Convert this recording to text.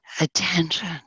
attention